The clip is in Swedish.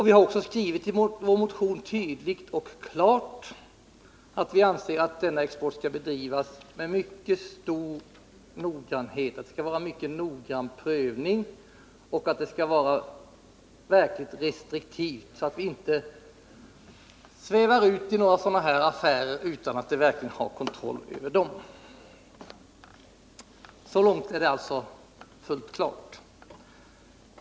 I vår motion har vi också skrivit klart och tydligt att vi anser att denna export skall prövas mycket noggrant och att den skall bedrivas verkligt restriktivt, så att vi inte svävar ut i sådana här affärer utan att vi har kontroll över exporten. Så långt är det alltså fullt klart.